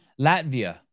Latvia